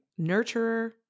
nurturer